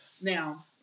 Now